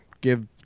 give